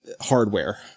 hardware